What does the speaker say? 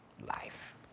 life